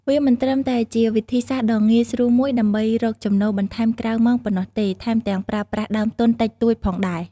វាមិនត្រឹមតែជាវិធីសាស្ត្រដ៏ងាយស្រួលមួយដើម្បីរកចំណូលបន្ថែមក្រៅម៉ោងប៉ុណ្ណោះទេ ថែមទាំងប្រើប្រាស់ដើមទុនតិចតួចផងដែរ។